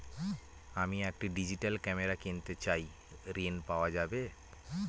আমি একটি digital camera কিনতে চাই ঝণ পাওয়া যাবে?